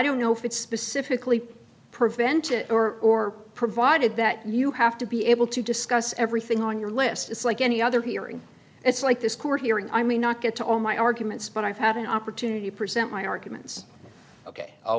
don't know if it's specifically prevented or or provided that you have to be able to discuss everything on your list it's like any other hearing it's like this court hearing i may not get to all my arguments but i have an opportunity to present my arguments ok